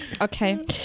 okay